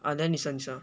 ah then 你先说